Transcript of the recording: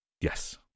Yes